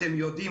אתם יודעים,